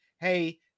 hey